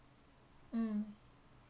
mm